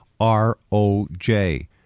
ROJ